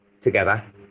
together